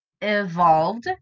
evolved